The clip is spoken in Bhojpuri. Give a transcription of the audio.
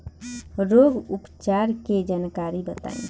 रोग उपचार के जानकारी बताई?